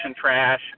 trash